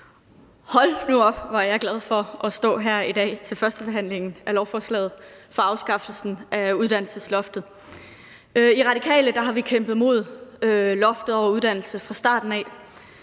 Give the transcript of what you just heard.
Hold nu op, hvor er jeg glad for at stå her i dag til førstebehandlingen af lovforslaget om afskaffelse af uddannelsesloftet. I Radikale har vi kæmpet imod loftet over uddannelse fra starten af.